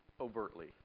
overtly